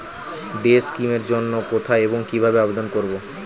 Day scheme এর জন্য কোথায় এবং কিভাবে আবেদন করব?